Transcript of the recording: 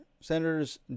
Senator's